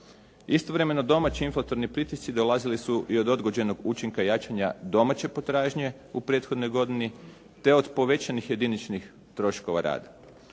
Istovremeno domaći inflatorni pritisci dolazili su i od odgođenog učinka jačanja domaće potražnje u prethodnoj godini, te povećanih jediničnih troškova rada.